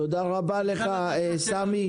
תודה רבה לך סמי.